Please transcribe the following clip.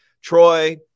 Troy